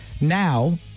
now